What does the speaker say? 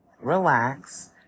relax